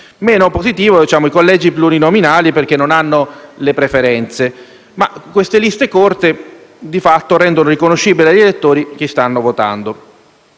Meno positivi sono i collegi plurinominali, perché non hanno preferenze, ma queste liste corte rendono riconoscibile agli elettori chi stanno votando